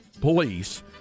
Police